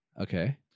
Okay